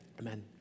amen